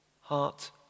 Heart